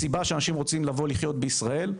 הסיבה שאנשים רוצים לבוא ולחיות בישראל היא,